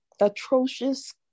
atrocious